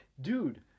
Dude